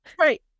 Right